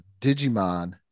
Digimon